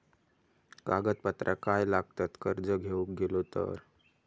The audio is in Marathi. कागदपत्रा काय लागतत कर्ज घेऊक गेलो तर?